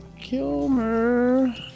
Kilmer